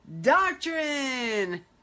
doctrine